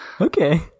okay